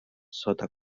sota